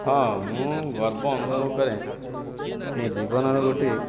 ହଁ ମୁଁ ଗର୍ବ ଅନୁଭବ କରେ ମୋ ଜୀବନର ଗୋଟେ